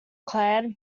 clan